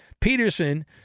Peterson